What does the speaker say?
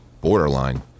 borderline